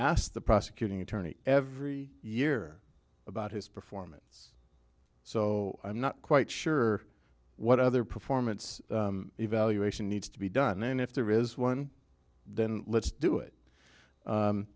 asked the prosecuting attorney every year about his performance so i'm not quite sure what other performance evaluation needs to be done and if there is one then let's do it